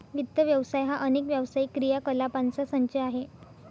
वित्त व्यवसाय हा अनेक व्यावसायिक क्रियाकलापांचा संच आहे